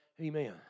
Amen